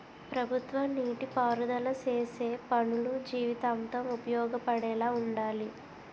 ప్రభుత్వ నీటి పారుదల సేసే పనులు జీవితాంతం ఉపయోగపడేలా వుండాలి